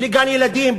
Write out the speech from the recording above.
בלי גן-ילדים,